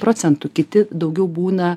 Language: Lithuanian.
procentų kiti daugiau būna